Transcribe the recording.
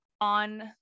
on